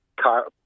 car